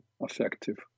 effective